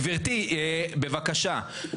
גברתי בבקשה,